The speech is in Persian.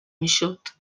میشد